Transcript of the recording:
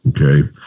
okay